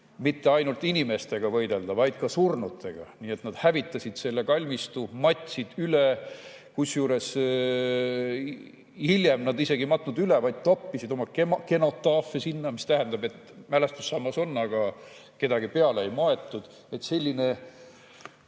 mitte ainult inimestega, vaid ka surnutega. Nad hävitasid selle kalmistu, matsid üle, kusjuures hiljem nad isegi ei matnud üle, vaid toppisid sinna oma kenotaafe, mis tähendab, et mälestussammas on, aga kedagi peale ei ole maetud. Nii et selline